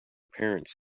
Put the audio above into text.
parents